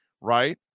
right